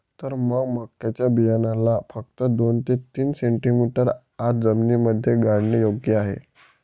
तर मग मक्याच्या बियाण्याला फक्त दोन ते तीन सेंटीमीटर आत जमिनीमध्ये गाडने योग्य आहे